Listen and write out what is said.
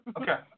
Okay